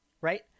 Right